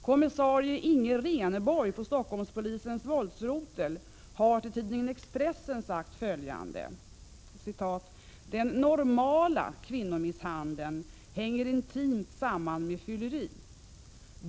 Kommissarie Inge Reneborg på Stockholmspolisens våldsrotel har till tidningen Expressen sagt följande: ”Den ”normala” kvinnomisshandeln hänger intimt samman med fylleri.